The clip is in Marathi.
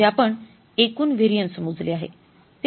म्हणजे आपण एकूण व्हेरिएन्स मोजले आहे